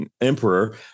Emperor